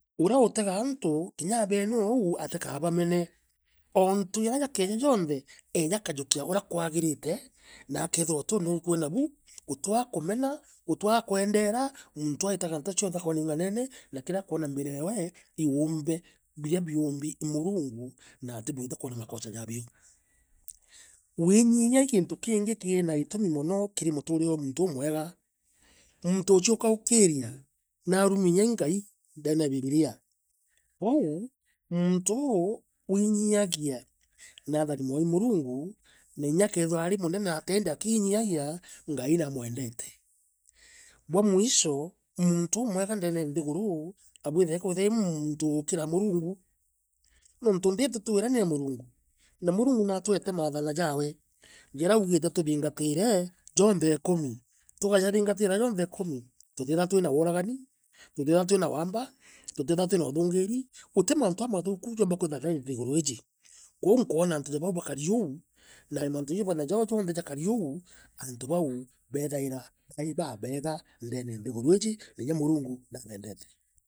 Urea utega antu. kinya abeeneau akabamena ontujaraja keeja jonthe. aijaa kajukia urea kuagirite na akaithirwa utiuthu kuaina buoutiwea kumena. utiwea kuendera. muntu ujua itegataacio ntheaka onacianene. nakira akuona mbereyawe niuumbe birabi umbiii Murungu na atibuirite kuona makosa jabio. Winiyiaii kintukingi kimaitu mimuno kirimutu rirejwa munto umwega munto uguicio kaukiria. na rumainya ingai ndene ya bibilia. Kouu. muntooo winijakia. nathari mawaii murunguuu. nainya akaithirwa ariu munene atea. india kiinijakiangai na mwendete. Bwa mwico munto umwega ndene ya nthiguru abuirite kuithirwaari mukiri murungu, niuntu nthiiji tuturagania murungu. Na murungu niatuete maathana jawe. jara augitetuthingatire jonthe ikumi. Twaja thingatira jonthe ikumi. tutithire tuinau uragani. tutithirwa tuinawamba. tutithira tuinau thungiri utimantu jamathuku jaithiraja inthiiji. Kou koona antu jaba ubakariaou na mantu jauukoonajao jonthe jakariou. antu bau baithaira baibabega ndene ya nthiguruiji nakinya murungu na bendete.